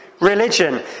religion